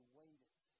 waited